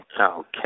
Okay